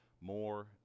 more